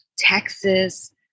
Texas